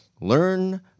Learn